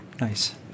nice